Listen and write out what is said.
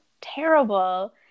terrible